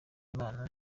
imana